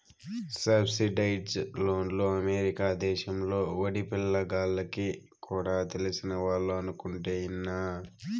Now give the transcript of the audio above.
subsidised లోన్లు America దేశంలో బడిపిల్ల గాల్లకి కూడా తెలిసినవాళ్లు అనుకుంటుంటే ఇన్నా